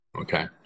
Okay